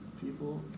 People